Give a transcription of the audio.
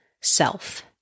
self